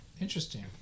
Interesting